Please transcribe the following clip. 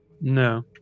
No